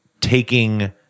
taking